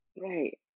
Right